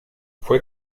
fue